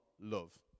love